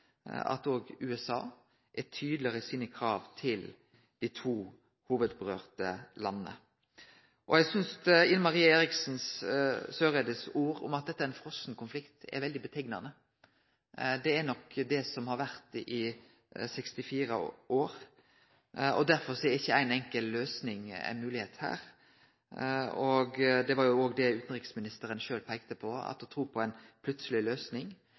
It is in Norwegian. at òg USA er tydelegare i sine krav til dei to landa dette mest gjeld. Eg synest Ine Marie Eriksen Søreide sine ord om at dette er ein frosen konflikt er veldig treffande. Det er nok det det har vore i 64 år, og derfor er ikkje ei enkelt løysing ein moglegheit her. Det var òg det utanriksministaren sjølv peikte på, at ein ikkje kan tru på ei plutseleg løysing,